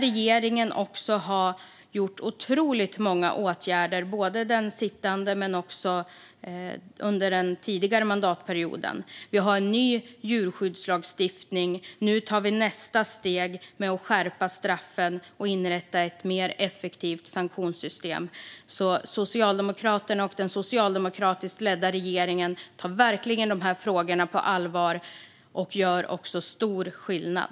Regeringen har gjort otroligt många åtgärder, både den sittande och under förra mandatperioden. Vi har en ny djurskyddslagstiftning. Nu tar vi nästa steg genom att skärpa straffen och inrätta ett mer effektivt sanktionssystem. Socialdemokraterna och den socialdemokratiskt ledda regeringen tar verkligen de här frågorna på allvar och gör stor skillnad.